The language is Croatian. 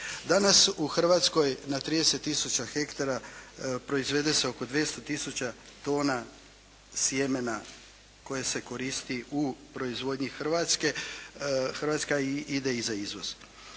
Danas u Hrvatskoj na 30 tisuća hektara proizvede se oko 200 tisuća tona sjemena koje se koristi u proizvodnji Hrvatske, Hrvatska ide i za izvoz.